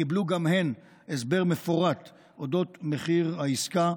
קיבלו גם הן הסבר מפורט על אודות מחיר העסקה.